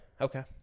Okay